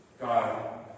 God